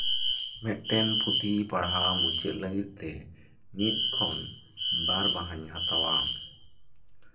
ᱢᱮᱫᱴᱮᱱ ᱯᱩᱛᱷᱤ ᱯᱟᱲᱦᱟᱣ ᱢᱩᱪᱟᱹᱫ ᱞᱟᱹᱜᱤᱫᱛᱮ ᱢᱤᱫ ᱠᱷᱚᱱ ᱵᱟᱨ ᱢᱟᱦᱟᱧ ᱦᱟᱛᱟᱣᱟ